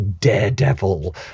Daredevil